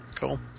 Cool